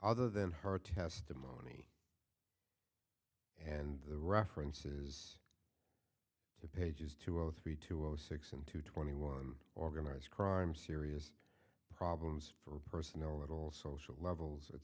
other than her testimony and the references to pages two of three two zero six and two twenty one organized crime serious problems for personnel at all social levels